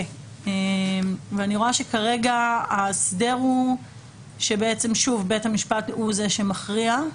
ואני רואה שכרגע ההסדר הוא שבית המשפט הוא זה שמכריע.